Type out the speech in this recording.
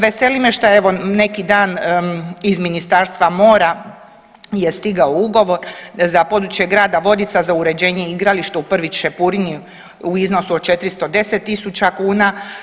Veseli me šta evo neki dan iz Ministarstva mora je stigao ugovor za područje grada Vodica za uređenje igrališta u Prvić Šepurini u iznosu od 410.000 kuna.